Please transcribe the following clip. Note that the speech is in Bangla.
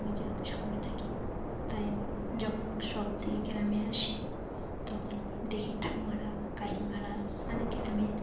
আমি যেহেতু শহরে থাকি তাই আমি যখন শহর থেকে গ্রামে আসি তখন দেখি ঠাকুমারা কাকিমারা আমাদের গ্রামের